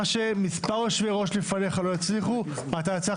מה שמספר יושבי ראש לפניך לא הצליחו לעשות,